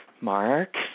mark